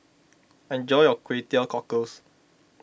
enjoy your Kway Teow Cockles